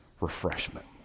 refreshment